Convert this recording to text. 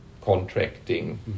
contracting